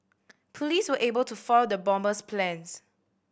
police were able to foil the bomber's plans